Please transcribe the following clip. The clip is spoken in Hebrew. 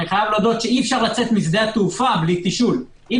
לא ניתן לצאת משדה התעופה ללא תשאול היו